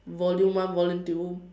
volume one volume two